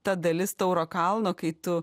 ta dalis tauro kalno kai tu